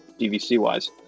DVC-wise